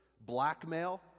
blackmail